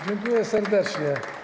Dziękuję serdecznie.